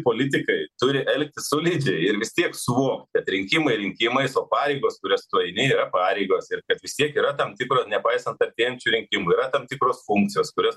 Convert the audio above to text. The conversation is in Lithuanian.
politikai turi elgtis solidžiai ir vis tiek suvokt kad rinkimai rinkimais o pareigos kurias tu eini yra pareigos ir kad vis tiek yra tam tikro nepaisant artėjančių rinkimų yra tam tikros funkcijos kurias